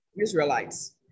Israelites